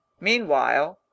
Meanwhile—